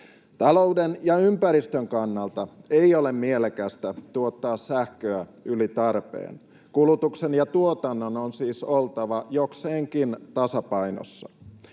Talouden ja ympäristön kannalta ei ole mielekästä tuottaa sähköä yli tarpeen. Kulutuksen ja tuotannon on siis oltava jokseenkin tasapainossa.